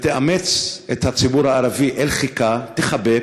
ותאמץ את הציבור הערבי אל חיקה, תחבק,